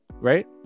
right